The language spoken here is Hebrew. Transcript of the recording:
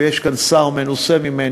ויש כאן שר מנוסה ממני,